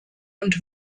und